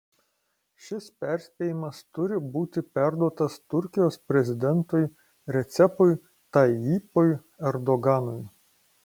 šis perspėjimas turi būti perduotas turkijos prezidentui recepui tayyipui erdoganui